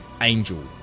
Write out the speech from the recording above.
Angel